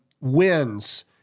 wins